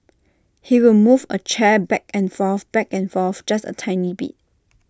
he will move A chair back and forth back and forth just A tiny bit